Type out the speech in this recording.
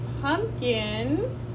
pumpkin